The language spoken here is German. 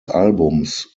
albums